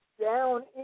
down